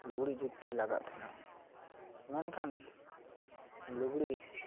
ᱞᱩᱜᱽᱲᱤᱡ ᱡᱩᱛ ᱛᱮ ᱞᱟᱜᱟᱜ ᱛᱟᱦᱮᱱᱟ ᱢᱮᱱᱠᱷᱟᱱ ᱞᱩᱜᱽᱲᱤᱡ